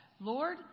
Lord